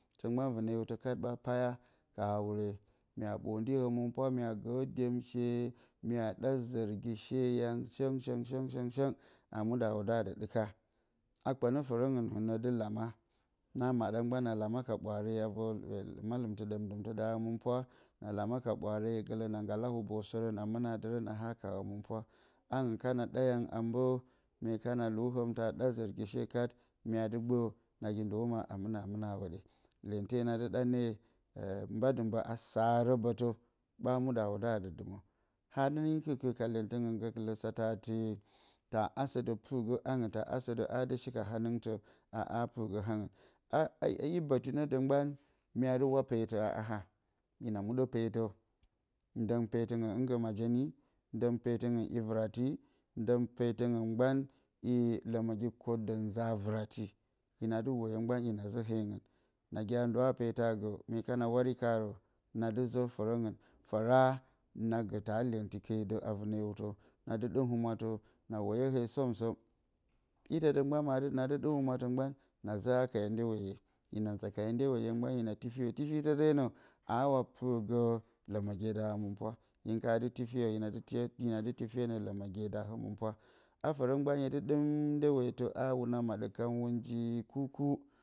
Tǝ mgban vɨnǝ hiwtǝ kat ɓa paya ka hawure ya ɓondi hǝmɨnpwa. Mya gǝǝ dyemshe, mya ɗa zǝrgi she yang som-som a muɗǝ a wudǝ a dɨ ɗɨka. A kpanǝ fǝrǝngɨn. hɨnǝ dɨ lama. Na maɗa mgban na lama ka ɓwaare a vor mallɨmtɨ ɗǝm-ɗǝmtɨ da hǝmɨnpwa. Na lama lama ka ɓwaare gǝlǝ na nggala hubosǝrǝn a mɨna dǝrǝn a haka hǝmɨnpwa. Angɨn kana ɗa yang a mbǝ, mye kana luu hǝmtǝ a ɗa zǝrgi she kat, mya dɨ gbǝ. Nagi ndo ma a mɨna a mɨna a hwodan. Lyente na dɨ ɗa ne mba dɨ mba, a saarǝ bǝtǝ ɓa muɗǝ a wudǝ a dɨ dɨmǝ. Haa dɨ nɨnyi kɨr-kɨr ka lyentɨngɨn gǝkɨlǝ satǝ atɨ, taa asǝ dǝ pɨrgǝ angɨn, taa asǝ dǝ a dɨ shi ka hanɨngtǝ a pɨrgǝ angɨn. A i bǝti nǝ dǝ mgb an, mya dɨ wa peetǝ a haa, na muɗǝ peetǝ dǝng peetɨngɨn hɨngǝ ajenyi, dǝng peetɨngɨn i vɨrati, dǝng peetɨngɨn i lǝmǝgi kwoddǝ nza vɨrati. Hina dɨ woyo mgban hina zǝ heengɨn. Nagi a nduwa peetǝ a gǝ, mye kana wari nkarǝ. na dɨ zǝ fǝrǝngɨn. Fǝra na gǝ taa lyenti ke dǝ a vɨnǝ hiwtǝ, nadɨ ɗɨm humwatǝ, na woyoo hee som-som. Itǝ dǝ mgban madɨ, nadɨ ɗɨm humwatǝ mgban na zǝ haka yǝ ndeweye hina nza ka yǝ ndeweye gban hina tifiyo. Tifitɨ denǝ, aawa pɨrgǝ lǝmǝgye da hǝmɨnpwa. Hin ka dɨ tifiyo, hina dɨ tifiyo nǝ lǝmǝgye da hǝmɨnpwa. A fǝrǝ mgban, hye dɨ ɗɨm ndewetǝ a hwuna maɗǝ kan hwun ji kur-kur.